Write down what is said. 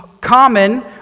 common